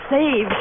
Save